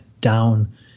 down